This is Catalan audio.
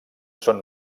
són